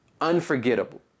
unforgettable